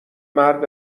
مرد